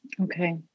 Okay